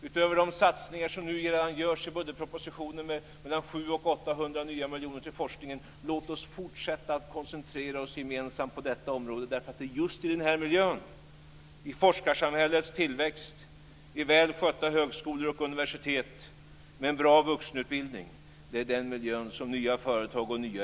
Utöver de satsningar som nu görs i budgetpropositionen med mellan 700 och 800 nya miljoner till forskning ska vi fortsätta att gemensamt koncentrera oss på detta område. Det är just i den miljön, i forskarsamhällets tillväxt, vid väl skötta högskolor och universitet och med en bra vuxenutbildning som nya företag och nya idéer växer fram.